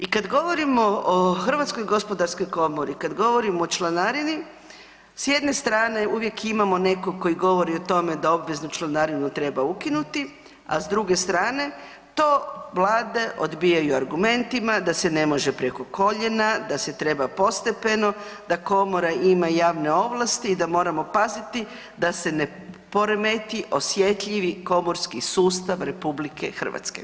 I kad govorimo o HGK, kad govorimo o članarini, s jedne strane uvijek imamo nekog koji govori o tome da obveznu članarinu treba ukinuti, a s druge strane, to vlade odbijaju argumentima da se ne može preko koljena, da se treba postepeno, da Komora ima javne ovlasti i da moramo paziti da se ne poremeti osjetljivi komorski sustav RH.